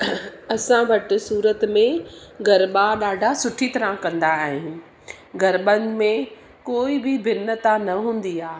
असां वटि सूरत में गरबा ॾाढा सुठी तरह कंदा आहिनि गर्बनि में कोई बि भिनता न हूंदी आहे